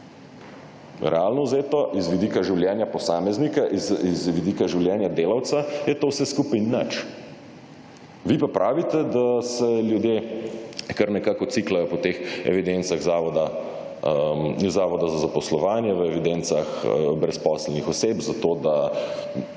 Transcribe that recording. Realno vzeto, iz vidika življenja posameznika, iz vidika življenja delavca, je to vse skupaj nič. Vi pa pravite, da se ljudje kar nekako »ciklajo« po teh evidencah Zavoda za zaposlovanje, v evidencah brezposelnih oseb, zato, da